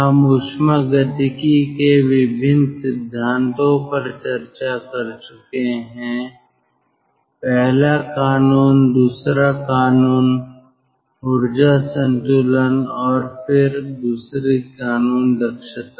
हम ऊष्मागतिकी के विभिन्न सिद्धांतों पर चर्चा कर चुके हैं पहला कानून दूसरा कानून ऊर्जा संतुलन और फिर दूसरी कानून दक्षता